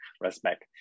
respect